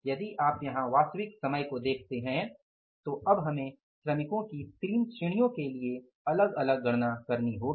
यदि आप यहां वास्तविक समय को देखते हैं तो अब हमें श्रमिकों की 3 श्रेणियों के लिए अलग अलग गणना करनी होगी